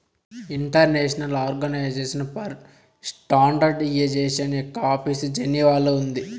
international organisation for standardisation యొక్క office జెనీవాలో ఉంది